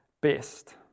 best